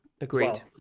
agreed